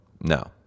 no